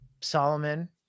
Solomon